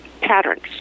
patterns